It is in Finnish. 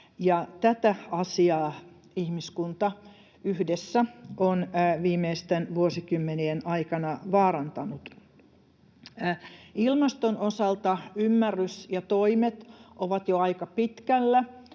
Tätä asiaa ihmiskunta yhdessä on viimeisten vuosikymmenien aikana vaarantanut. Ilmaston osalta ymmärrys ja toimet ovat jo aika pitkällä.